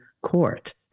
Court